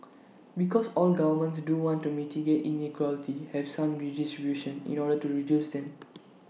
because all governments do want to mitigate inequality have some redistribution in order to reduce them